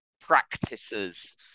practices